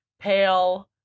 pale